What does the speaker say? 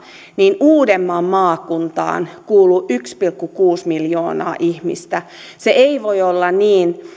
niin uudenmaan maakuntaan kuuluu yksi pilkku kuusi miljoonaa ihmistä ei voi olla niin